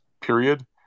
period